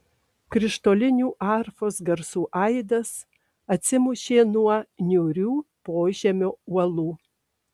krištolinių arfos garsų aidas atsimušė nuo niūrių požemio uolų